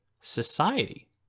society